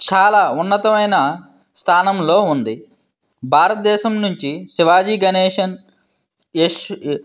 చాలా ఉన్నతమైన స్థానంలో ఉంది భారత దేశం నుంచి శివాజీ గణేశన్ యశ్